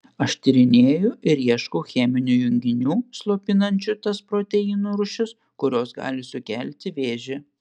aš tyrinėju ir ieškau cheminių junginių slopinančių tas proteinų rūšis kurios gali sukelti vėžį